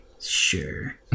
sure